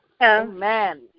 Amen